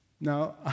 Now